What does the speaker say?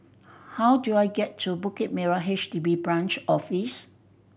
how do I get to Bukit Merah H D B Branch Office